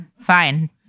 Fine